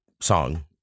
song